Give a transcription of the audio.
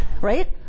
right